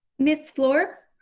miss fluor?